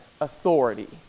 authority